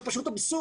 זה פשוט אבסורד,